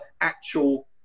actual